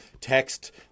text